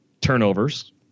turnovers